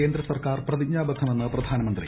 കേന്ദ്ര സർക്കാർ പ്രതിജ്ഞാബദ്ധുമ്മെന്ന് പ്രധാനമന്ത്രി